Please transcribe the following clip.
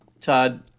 Todd